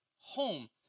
home